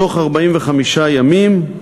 בתוך 45 ימים,